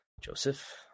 Joseph